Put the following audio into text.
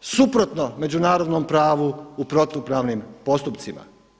suprotno međunarodnom pravu u protupravnim postupcima.